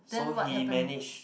so he manage